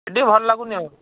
ଏ ଟିକେ ଭଲ ଲାଗୁନି ଆଉ